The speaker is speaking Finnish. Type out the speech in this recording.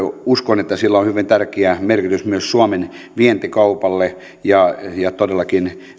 uskon että sillä on hyvin tärkeä merkitys myös suomen vientikaupalle ja ja todellakin